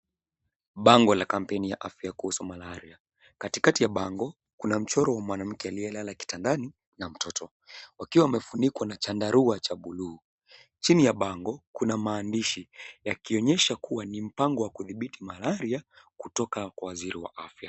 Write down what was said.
Bango la kampeni ya afya kuhusu malaria. Katikati ya bango, kuna mchoro wa mwanamke aliyelala kitandani na mtoto wakiwa wamefunikwa na chandarua cha buluu. Chini ya bango kuna maandishi yakionyesha kuwa ni mpango wa kudhibiti malaria kutoka kwa waziri wa afya.